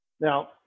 Now